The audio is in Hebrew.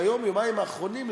ביום-יומיים האחרונים,